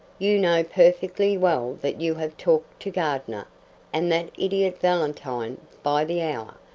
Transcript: you know perfectly well that you have talked to gardner and that idiot valentine by the hour,